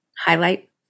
highlight